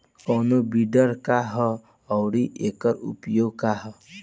कोनो विडर का ह अउर एकर उपयोग का ह?